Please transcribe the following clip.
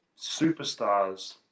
superstars